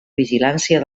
vigilància